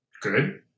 good